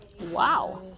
Wow